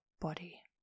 body